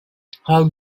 how